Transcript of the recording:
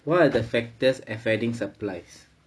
what are the factors affecting supplies